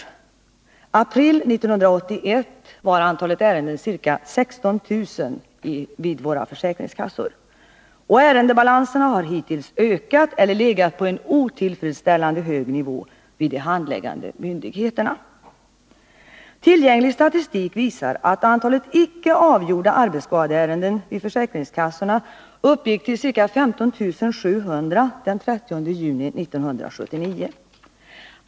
I april 1981 var antalet ärenden vid våra försäkringskassor ca 16 000, och ärendebalanserna har hittills ökat eller legat på en otillfredsställande hög nivå hos de handläggande myndigheterna. Tillgänglig statistik visar att antalet icke avgjorda arbetsskadeärenden vid försäkringskassorna uppgick till ca 15 700 den 30 juni 1979.